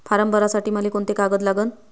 Form भरासाठी मले कोंते कागद लागन?